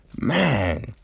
Man